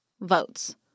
votes